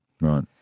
Right